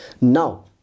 Now